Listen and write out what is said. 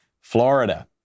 Florida